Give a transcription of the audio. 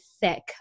thick